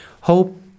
Hope